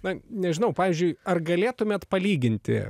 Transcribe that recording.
na nežinau pavyzdžiui ar galėtumėt palyginti